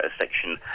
section